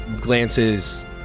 glances